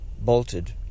bolted